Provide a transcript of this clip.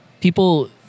people